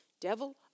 Devil